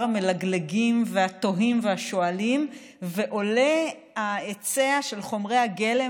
המלגלגים והתוהים והשואלים ועולה ההיצע של חומרי הגלם